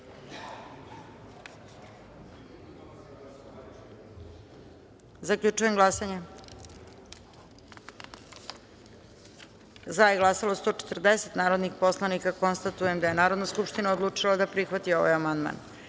izjasne. Zaključujem glasanje: za je glasalo 140 narodna poslanika. Konstatujem da je Narodna skupština odlučila da prihvati ovaj amandman. Na